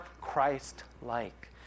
Christ-like